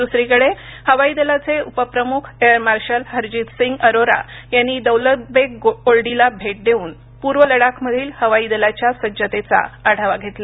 दुसरीकडे हवाई दलाचे उप्रमुख एअर मार्शल हरजीतसिंग अरोरा यांनी दौलत बेग ओल्डीला भेट देऊन पूर्व लडाखमधील हवाई दलाच्या सज्जतेचा आढावा घेतला